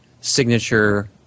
signature